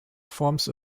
forms